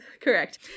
correct